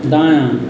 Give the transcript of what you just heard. दायाँ